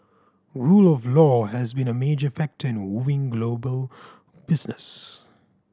rule of law has been a major factor in wooing global business